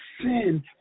sin